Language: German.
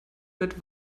mit